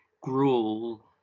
gruel